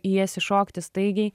į jas įšokti staigiai